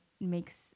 makes